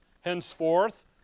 Henceforth